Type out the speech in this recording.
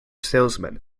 salesman